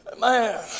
Man